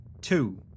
Two